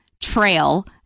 trail